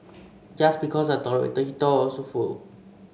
just because I tolerated he thought I was a fool